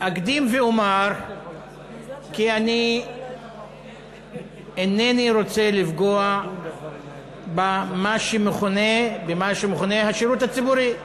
אקדים ואומר כי אני אינני רוצה לפגוע במה שמכונה השירות הציבורי.